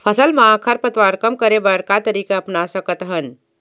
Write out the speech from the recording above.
फसल मा खरपतवार कम करे बर का तरीका अपना सकत हन?